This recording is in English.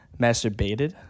masturbated